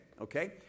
okay